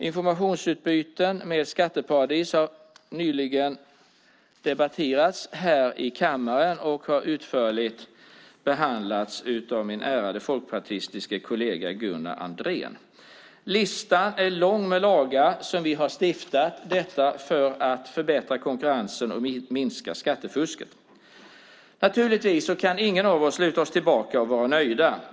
Informationsutbyten med skatteparadis har nyligen debatterats här i kammaren och har utförligt behandlats av min ärade folkpartistiske kollega Gunnar Andrén. Listan av lagar vi har stiftat är lång - detta för att förbättra konkurrensen och minska skattefusket. Naturligtvis kan ingen av oss luta sig tillbaka och vara nöjd.